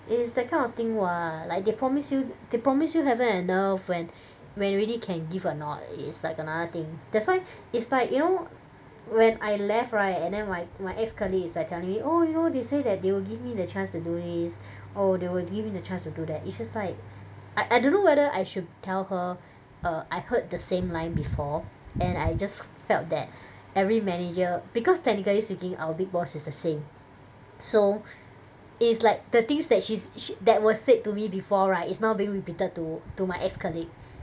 it is that kind of thing [what] like they promised you they promise you heaven and earth when when really can give or not it is like another thing that's why it's like you know when I left right and then my my ex-colleague is like telling me oh you you know they say that they will give me the chance to do this oh they will give me the chance to do that it's just like I I don't know whether I should tell her err I've heard the same line before and I just felt that every manager because technically speaking our big boss is the same so it is like the things that she's sh~ that was said to me before right is now being repeated to to my ex-colleague